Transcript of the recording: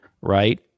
right